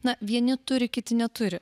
na vieni turi kiti neturi